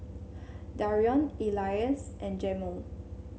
Darion Elias and Jamel